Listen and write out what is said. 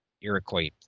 Iroquois